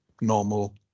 normal